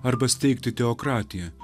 arba steigti teokratiją